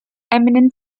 eminent